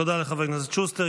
תודה לחבר הכנסת שוסטר.